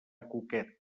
cuquet